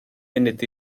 munud